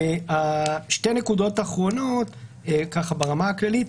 יש נקודות אחרונות ברמה הכללית.